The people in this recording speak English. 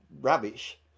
rubbish